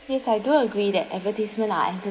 yes I do agree that advertisement are